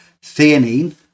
theanine